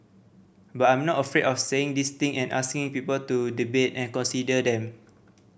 but I'm not afraid of saying these thing and asking people to debate and consider them